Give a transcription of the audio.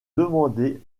demander